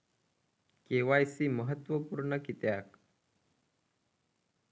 KYC महत्त्वपुर्ण किद्याक?